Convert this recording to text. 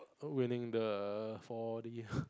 winning the four D